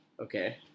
Okay